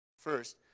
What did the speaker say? First